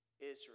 Israel